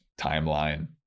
timeline